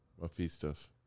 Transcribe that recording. Mephisto's